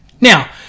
Now